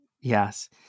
Yes